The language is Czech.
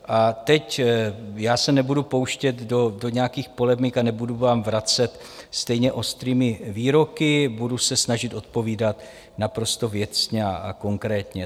A teď já se nebudu pouštět do nějakých polemik a nebudu vám vracet stejně ostrými výroky, budu se snažit odpovídat naprosto věcně a konkrétně.